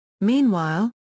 Meanwhile